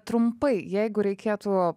trumpai jeigu reikėtų